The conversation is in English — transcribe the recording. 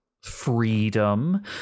freedom